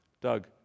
Doug